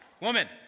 woman